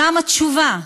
שם התשובה.